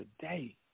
today